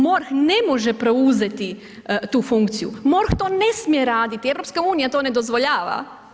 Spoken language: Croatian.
MORH ne može preuzeti tu funkciju, MORH to ne smije raditi, EU to ne dozvoljava.